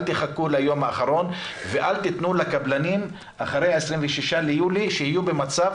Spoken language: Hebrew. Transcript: אל תחכו ליום האחרון ואל תיתנו לקבלנים אחרי ה-26 ביולי שיהיו במצב